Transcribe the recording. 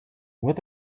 what